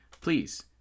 Please